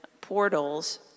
portals